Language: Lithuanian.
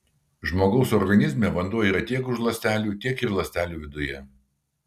žmogaus organizme vanduo yra tiek už ląstelių tiek ir ląstelių viduje